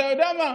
אתה יודע מה?